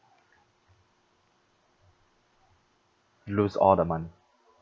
lose all the money